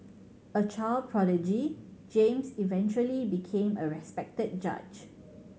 a child prodigy James eventually became a respected judge